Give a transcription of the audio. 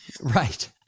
Right